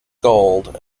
gold